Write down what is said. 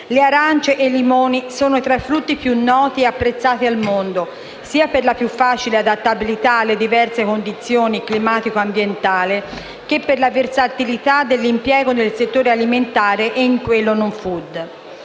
Le arance e i limoni sono tra i frutti più noti e apprezzati al mondo, sia per la più facile adattabilità alle diverse condizioni climatico-ambientali che per la versatilità dell'impiego nel settore alimentare e in quello non *food*.